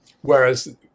Whereas